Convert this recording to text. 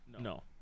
No